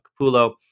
Capullo